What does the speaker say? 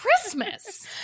Christmas